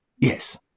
Yes